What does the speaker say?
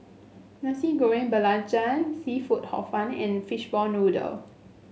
Nasi Goreng Belacan seafood Hor Fun and Fishball Noodle